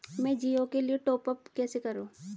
मैं जिओ के लिए टॉप अप कैसे करूँ?